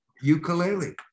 Ukulele